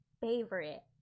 favorite